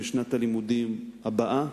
בשנת הלימודים הבאה.